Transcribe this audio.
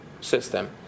system